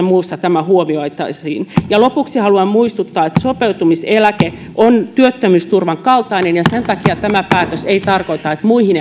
muussa tämä huomioitaisiin ja lopuksi haluan muistuttaa että sopeutumiseläke on työttömyysturvan kaltainen ja sen takia tämä päätös ei tarkoita että muihin